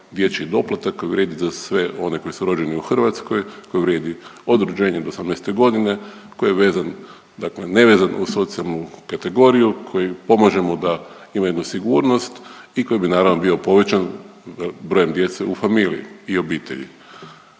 dječji doplatak koji vrijedi za sve one koji su rođeni u Hrvatskoj koji vrijedi od rođenja do 18 godine koji je vezan, dakle nevezan uz socijalnu kategoriju, koji pomaže mu da ima jednu sigurnost i koji bi naravno bio povećan brojem djece u familiji i obitelji.